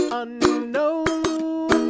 unknown